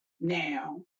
now